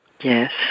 Yes